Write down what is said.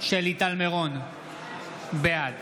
שלי טל מירון, בעד